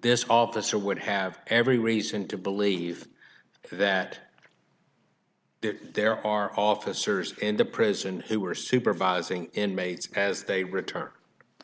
this officer would have every reason to believe that there are officers in the prison who are supervising inmates as they return